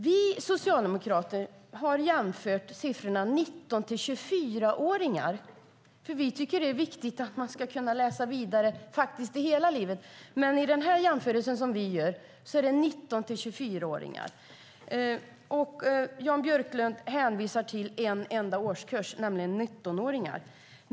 Vi socialdemokrater har jämfört gruppen 19-24-åringar, för vi tycker att det är viktigt att kunna läsa vidare hela livet. I den jämförelse vi gör tar vi med 19-24-åringar. Jan Björklund hänvisar till en enda årskurs, nämligen 19-åringar.